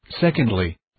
Secondly